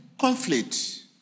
conflict